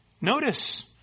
Notice